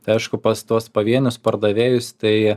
tai aišku pas tuos pavienius pardavėjus tai